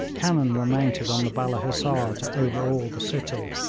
cannon were mounted on the balla hissar to overawe the city,